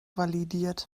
validiert